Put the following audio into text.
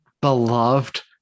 beloved